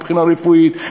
מבחינה רפואית,